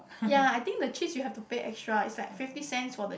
ya I think the cheese you have to pay extra it's like fifty cents for the